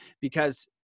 because-